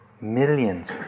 millions